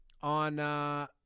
on